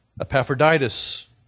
Epaphroditus